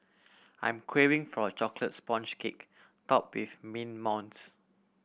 I'm craving for a chocolate sponge cake top with mint mousse